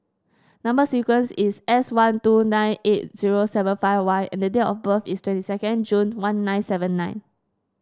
number sequence is S one two nine eight zero seven five Y and date of birth is twenty second June one nine seven nine